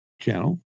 channel